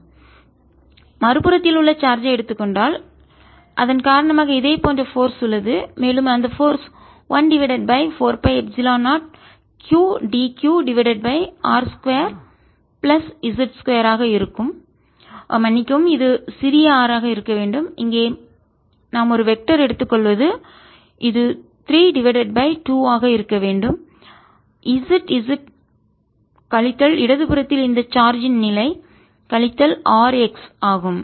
dF14π0qdzr2z232zz rx மறுபுறத்தில் உள்ள charge ஐ எடுத்துக் கொண்டால் அதன் காரணமாக இதேபோன்ற போர்ஸ் உள்ளது மேலும் அந்த force 1 divided by 4 pi epsilon 0 qdq divided by r 2 plus z 2 ஆக இருக்கும் ஓ மன்னிக்கவும் இது சிறிய r ஆக இருக்க வேண்டும் இங்கே நாம் ஒரு வெக்டர் எடுத்துக்கொள்வது இது 3 டிவைடட் பை 2 ஆக இருக்க வேண்டும் zz கழித்தல் இடதுபுறத்தில் இந்த சார்ஜ் ன் நிலை கழித்தல் r x ஆகும்